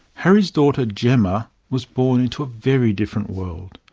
harry's daughter gemma was born into a very different world.